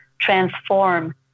transform